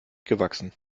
gewachsen